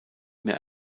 mehr